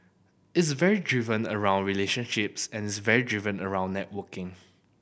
it's very driven around relationships and it's very driven around networking